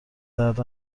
درد